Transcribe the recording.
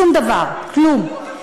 שום דבר, כלום.